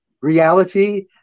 reality